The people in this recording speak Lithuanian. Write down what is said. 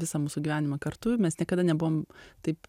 visą mūsų gyvenimą kartu mes niekada nebuvom taip